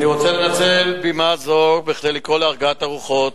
אני רוצה לנצל בימה זו כדי לקרוא להרגעת הרוחות.